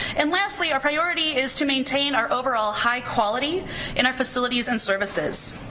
and lastly, our priority is to maintain our overall high quality in our facilities and services.